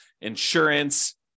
insurance